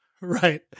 Right